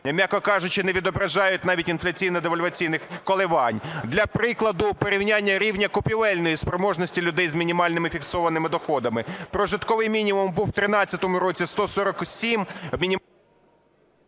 м'яко кажучи, не відображають навіть інфляційно-девальваційних коливань. Для прикладу, порівняння рівня купівельної спроможності людей з мінімальними фіксованими доходами. Прожитковий мінімум був в 13-му році 147…